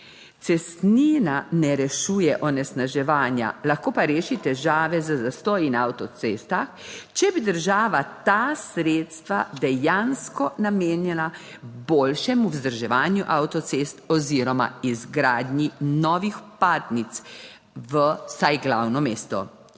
Cestnina ne rešuje onesnaževanja, lahko pa reši težave z zastoji na avtocestah, če bi država ta sredstva dejansko namenila boljšemu vzdrževanju avtocest oziroma izgradnji novih vpadnic v vsaj glavno mesto.